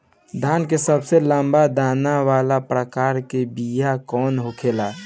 धान के सबसे लंबा दाना वाला प्रकार के बीया कौन होखेला?